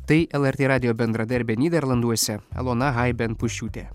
tai lrt radijo bendradarbė nyderlanduose elona haibenpuščiūtė